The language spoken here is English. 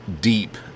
deep